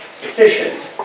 sufficient